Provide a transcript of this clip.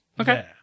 Okay